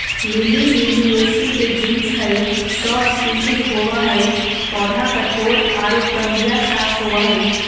lily liliaceae के genus हई, सौ स्पिशीज होवअ हई, पौधा कठोर आरो कंदिया शाक होवअ हई